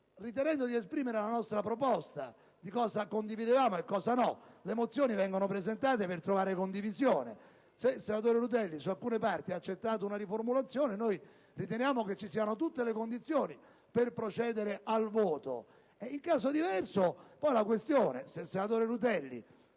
ritenendo di esprimere la nostra proposta di cosa condividevamo e cosa no. Le mozioni vengono presentate per trovare condivisione. Se il senatore Rutelli su alcune parti ha accettato una riformulazione, noi riteniamo che ci siano tutte le condizioni per procedere al voto. In caso diverso, se il senatore Rutelli,